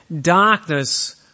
Darkness